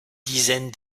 dizaine